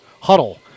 huddle